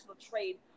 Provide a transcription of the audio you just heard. trade